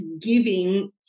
giving